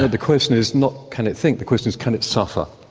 and the question is not can it think, the question is, can it suffer?